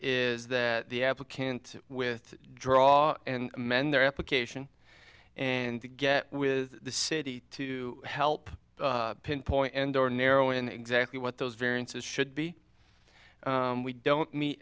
is that the apple can't with draw and amend their application and get with the city to help pinpoint and or narrow in exactly what those variances should be we don't me